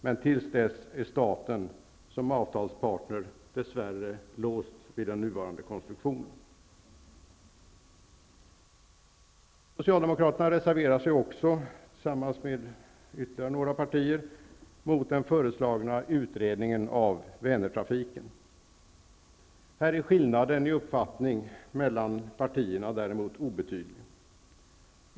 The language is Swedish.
Men tills dess är staten som avtalspartner dess värre låst vid den nuvarande konstruktionen. Socialdemokraterna reserverar sig också, tillsammans med några ytterligare partier, mot den föreslagna utredningen av Vänertrafiken. Här är skillnaden i uppfattning mellan partierna obetydlig.